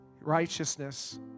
righteousness